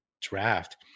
draft